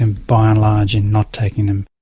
and by and large, in not taking them.